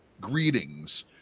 greetings